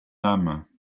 âme